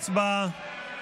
הצבעה.